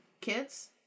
kids